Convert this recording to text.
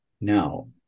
now